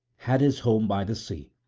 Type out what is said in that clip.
had his home by the sea,